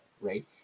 right